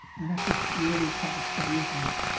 and am actually really excited to start using it.